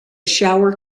shower